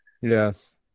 Yes